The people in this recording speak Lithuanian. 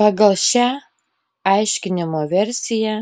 pagal šią aiškinimo versiją